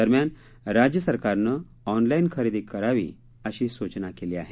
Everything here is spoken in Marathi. दरम्यान राज्य सरकारनं ऑनलाईन खरेदी करावी अशी स्चना केली आहे